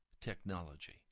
technology